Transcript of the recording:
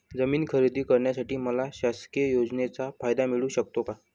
जमीन खरेदी करण्यासाठी मला शासकीय योजनेचा फायदा मिळू शकतो का?